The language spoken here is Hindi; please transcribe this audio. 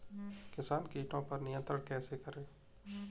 किसान कीटो पर नियंत्रण कैसे करें?